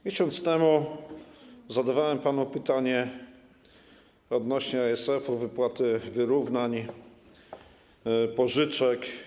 Miesiąc temu zadawałem panu pytanie odnośnie do ASF-u, wypłaty wyrównań, pożyczek.